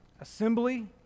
Assembly